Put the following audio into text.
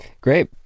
Great